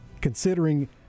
considering